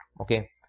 Okay